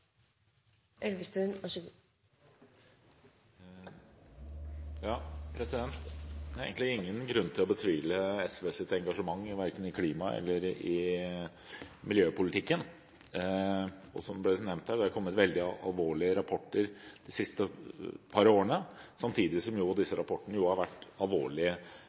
Det er egentlig ingen grunn til å betvile SVs engasjement verken i klima- eller i miljøpolitikken. Som det ble nevnt her, har det kommet veldig alvorlige rapporter de siste par årene, samtidig som disse rapportene jo har vært alvorlige